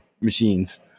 machines